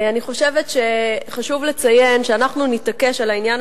אני חושבת שחשוב לציין שאנחנו נתעקש על העניין